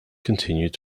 continued